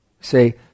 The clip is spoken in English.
Say